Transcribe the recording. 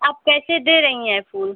आप कैसे दे रही हैं फूल